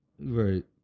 Right